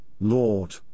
Lord